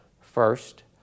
First